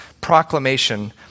proclamation